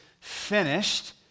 finished